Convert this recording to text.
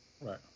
Right